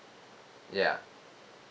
ya